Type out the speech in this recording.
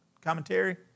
commentary